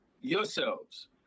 yourselves